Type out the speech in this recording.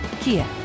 Kia